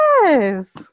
Yes